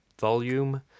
volume